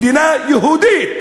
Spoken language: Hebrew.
מדינה יהודית,